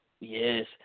Yes